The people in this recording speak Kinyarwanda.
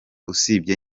usibye